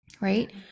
right